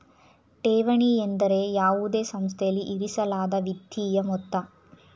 ಠೇವಣಿ ಎಂದರೆ ಯಾವುದೇ ಸಂಸ್ಥೆಯಲ್ಲಿ ಇರಿಸಲಾದ ವಿತ್ತೀಯ ಮೊತ್ತ